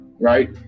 right